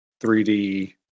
3D